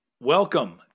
Welcome